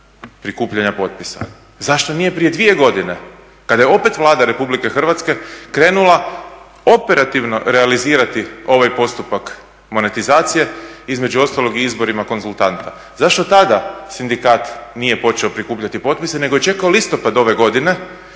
prikupljanja potpisa, zašto nije prije dvije godine kada je opet Vlada Republike Hrvatske krenula operativno realizirati ovaj postupak monetizacije između ostalog i izborima konzultanta, zašto tada sindikat nije počeo prikupljati potpise nego je čekao listopad ove godine